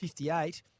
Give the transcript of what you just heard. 58